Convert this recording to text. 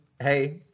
hey